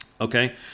Okay